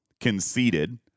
conceded